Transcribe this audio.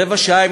רבע שעה,